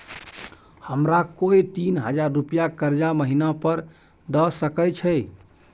हमरा कोय तीन हजार रुपिया कर्जा महिना पर द सके छै?